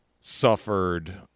suffered